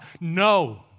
No